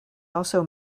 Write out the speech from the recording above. also